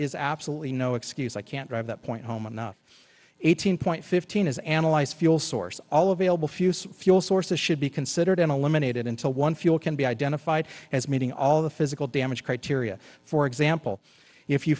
is absolutely no excuse i can't drive that point home i'm not eighteen point fifteen is analyze fuel source all available for use fuel sources should be considered in eliminated until one fuel can be identified as meeting all the physical damage criteria for example if you